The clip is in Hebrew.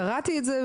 קראתי את זה,